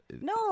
No